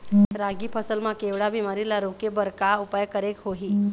रागी फसल मा केवड़ा बीमारी ला रोके बर का उपाय करेक होही?